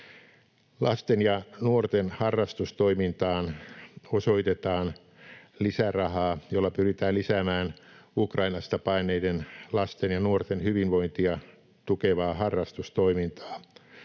Lasten ja nuorten harrastustoimintaan osoitetaan lisärahaa, jolla pyritään lisäämään Ukrainasta paenneiden lasten ja nuorten hyvinvointia tukevaa harrastustoimintaa.